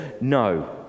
no